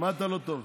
שמעת לא טוב.